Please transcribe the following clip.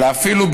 אלא אפילו,